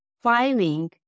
filing